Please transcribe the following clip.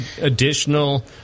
additional